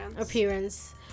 appearance